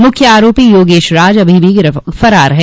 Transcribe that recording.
मुख्य आरोपी योगेश राज अभी भी फरार है